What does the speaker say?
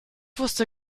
wusste